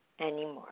anymore